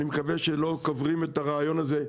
ואני מקווה שלא קוברים את הרעיון הזה.